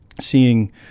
seeing